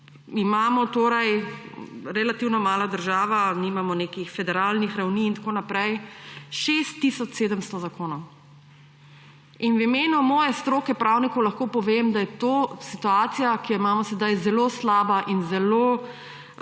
Sloveniji, relativno mala država, nimamo nekih federalnih ravni in tako naprej, 6 tisoč 700 zakonov. In v imenu moje stroke pravnikov lahko povem, da je to situacija, ki jo imamo zdaj, zelo slaba in zelo slabo